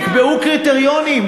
נקבעו קריטריונים,